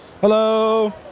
Hello